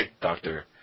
doctor